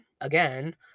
again